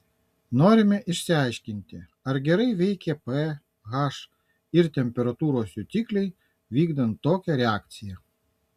norime išsiaiškinti ar gerai veikia ph ir temperatūros jutikliai vykdant tokią reakciją